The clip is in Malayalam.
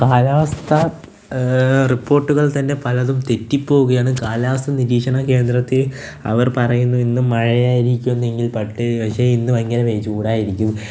കാലാവസ്ഥാ റിപ്പോർട്ടുകൾ തന്നെ പലതും തെറ്റിപ്പോവുകയാണ് കാലാവസ്ഥ നിരീക്ഷണ കേന്ദ്രത്തിൽ അവർ പറയുന്നു ഇന്ന് മഴയായിരിക്കുമെന്ന് പക്ഷേ ഇന്ന് ഭയങ്കര ചൂടായിരിക്കും